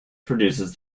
produces